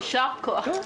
יישר כוח.